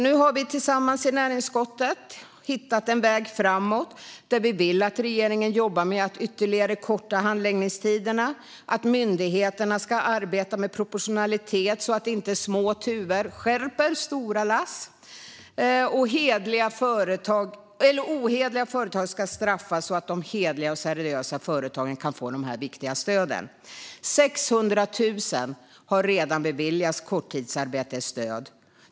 Nu har vi tillsammans i näringsutskottet hittat en väg framåt där vi vill att regeringen jobbar med att ytterligare korta handläggningstiderna, att myndigheterna ska arbeta med proportionalitet så att inte små tuvor stjälper stora lass och att ohederliga företag ska straffas så att de hederliga och seriösa företagen kan få de här viktiga stöden. 600 000 har redan beviljats stöd vid korttidsarbete.